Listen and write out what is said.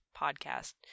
podcast –